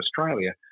Australia